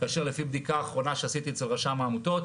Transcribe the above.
כאשר לפי בדיקה אחרונה שעשיתי אצל רשם העמותות,